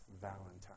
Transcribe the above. valentine